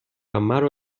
مرا